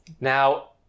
Now